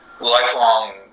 lifelong